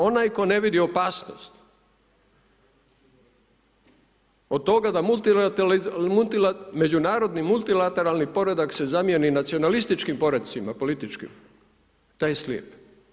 Onaj tko ne vidi opasnost od toga da međunarodni multilateralni poredak se zamijeni nacionalističkim poredcima, političkim, taj je slijep.